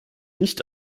nicht